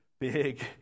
big